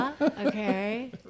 Okay